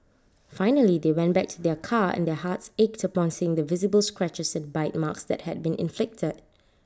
finally they went back to their car and their hearts ached upon seeing the visible scratches and bite marks that had been inflicted